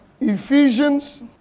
Ephesians